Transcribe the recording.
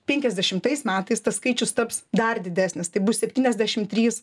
penkiasdešimtais metais tas skaičius taps dar didesnis tai bus septyniasdešim trys